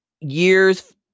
Years